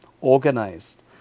organized